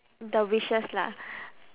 the wishes lah